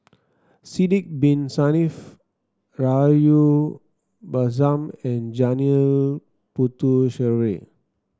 Sidek Bin Saniff Rahayu Mahzam and Janil Puthucheary